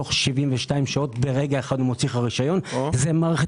תוך 72 שעות ברגע אחד מוציא לך רשיון - זה מערכת